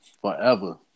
forever